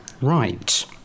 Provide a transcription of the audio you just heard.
right